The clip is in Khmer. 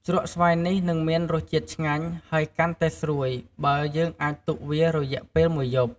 ជ្រក់ស្វាយនេះនឹងមានរសជាតិឆ្ងាញ់ ហើយកាន់តែស្រួយបើយើងអាចទុកវារយៈពេលមួយយប់។